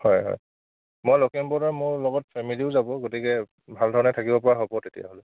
হয় হয় মই লখিমপুৰৰ মোৰ লগত ফেমেলিও যাব গতিকে ভালধৰণে থাকিব পৰা হ'ব তেতিয়াহ'লে